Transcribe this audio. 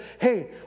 hey